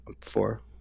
Four